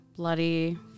Bloody